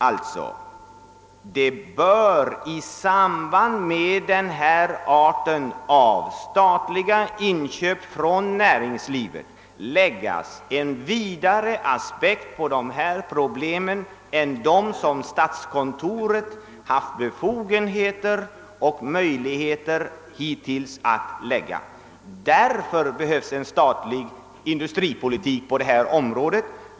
Det bör alltså i samband med denna art av statliga inköp från näringslivet läggas en vidare aspekt på dessa problem än den som statsutskottet hittills haft befogenheter att lägga. Därför behövs en statlig industripolitik på detta område.